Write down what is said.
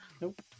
Nope